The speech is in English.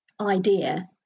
idea